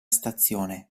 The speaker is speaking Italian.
stazione